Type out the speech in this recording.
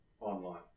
online